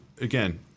again